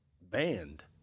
banned